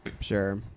Sure